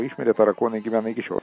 išmirė tarakonai gyvena iki šiol